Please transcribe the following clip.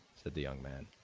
said the young man.